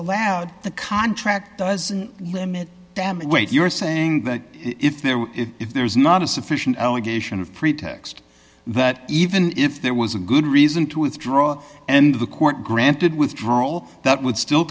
allowed the contract does limit damage wait you're saying that if there if there is not a sufficient allegation of pretext that even if there was a good reason to withdraw and the court granted withdrawal that would still